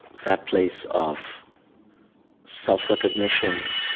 that place of self-recognition,